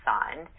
signed